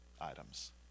items